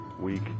week